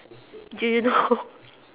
do you know